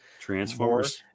transformers